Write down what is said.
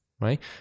right